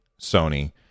Sony